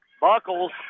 buckles